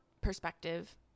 perspective